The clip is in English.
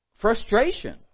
frustration